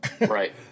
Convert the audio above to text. Right